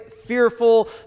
fearful